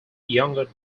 younger